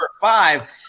five